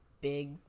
big